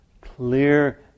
clear